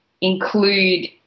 include